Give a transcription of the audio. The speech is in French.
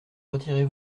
retirez